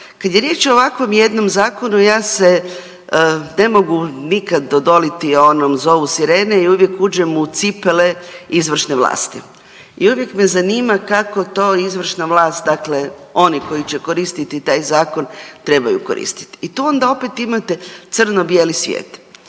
Kad je riječ o ovakvom jednom zakonu ja se ne mogu nikada odoliti onom zovu sirene i uvijek uđem u cipele izvršne vlasti i uvijek me zanima kako to izvršna vlast dakle oni koji će koristiti taj zakon trebaju koristiti i tu ona opet imate crno bijeli svijet.